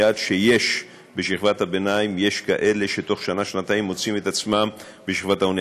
שיש בשכבת הביניים כאלה שבתוך שנה-שנתיים מוצאים את עצמם בשכבת העוני.